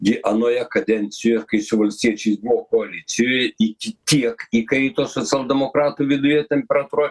gi anoje kadencijoje kai su valstiečiais buvo koalicijoje iki tiek įkaito socialdemokratų viduje temperatūra